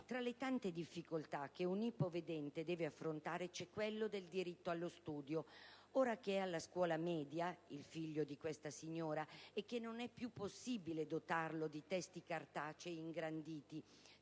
Tra le tante difficoltà che un ipovedente deve affrontare c'è quella del diritto allo studio. Ora che è alla scuola media, e che non è più possibile dotarlo dì testi cartacei ingranditi,